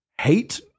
hate